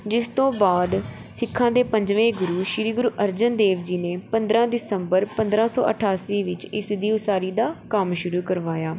ਜਿਸ ਤੋਂ ਬਾਅਦ ਸਿੱਖਾਂ ਦੇ ਪੰਜਵੇਂ ਗੁਰੂ ਸ੍ਰੀ ਗੁਰੂ ਅਰਜਨ ਦੇਵ ਜੀ ਨੇ ਪੰਦਰਾਂ ਦਸੰਬਰ ਪੰਦਰਾਂ ਸੌ ਅਠਾਸੀ ਵਿੱਚ ਇਸ ਦੀ ਉਸਾਰੀ ਦਾ ਕੰਮ ਸ਼ੁਰੂ ਕਰਵਾਇਆ